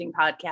Podcast